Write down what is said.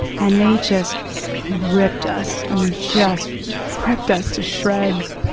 and they just ripped us, i mean just ripped us to shreds.